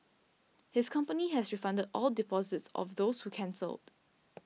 his company has refunded all deposits of those who cancelled